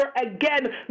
again